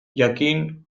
jakin